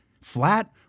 flat